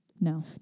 no